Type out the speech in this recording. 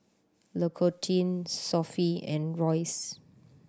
L'Occitane Sofy and Royce